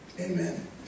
Amen